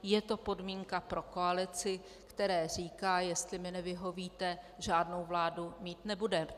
Je to podmínka pro koalici, které říká: jestli mi nevyhovíte, žádnou vládu mít nebudete.